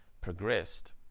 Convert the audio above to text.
progressed